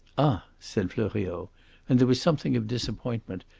ah! said fleuriot and there was something of disappointment,